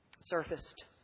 surfaced